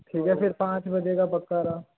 ठीक है फिर पाँच बजे का पक्का रहा